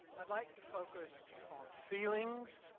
i'd like to focus on feelings